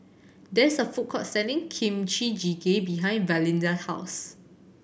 there is a food court selling Kimchi Jjigae behind Valinda house